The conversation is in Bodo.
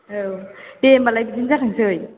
औ दे होनबालाय बिदिनो जाथोंसै